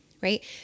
right